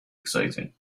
exciting